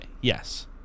yes